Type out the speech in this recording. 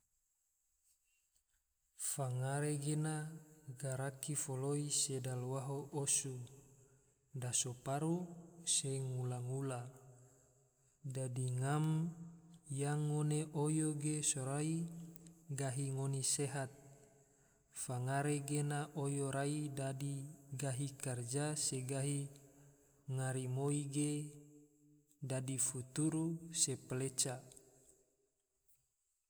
Fangare gena, garaki foloi se dalawaho osu, daso paru, se ngula-ngula, dadi ngam yang ngone oyo ge sorai, gahi ngone sehat, fangare gena oyo rai dadi gahi karja se gahi garamoi ge, dadi futuru se paleca